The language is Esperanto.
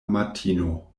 amatino